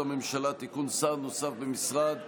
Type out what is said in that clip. חוק-יסוד: הממשלה (תיקון, שר נוסף במשרד),